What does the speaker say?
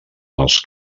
els